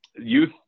youth